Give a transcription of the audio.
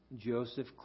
Joseph